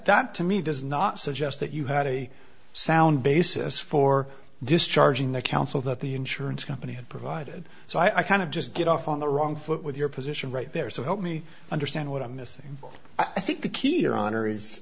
that to me does not suggest that you had a sound basis for discharging the counsel that the insurance company had provided so i kind of just get off on the wrong foot with your position right there so help me understand what i'm missing i think the key your honor